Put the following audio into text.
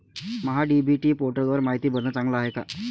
महा DBT पोर्टलवर मायती भरनं चांगलं हाये का?